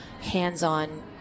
hands-on